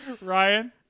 Ryan